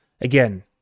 again